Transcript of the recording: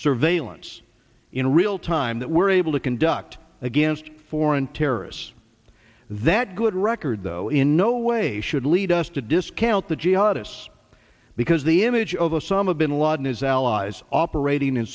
surveillance in real time that we're able to conduct against foreign terrorists that good record though in no way should lead us to discount the jihadists because the image of the some of bin laden his allies operating in